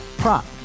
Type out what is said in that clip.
prop